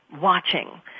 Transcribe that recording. watching